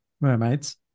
Mermaid's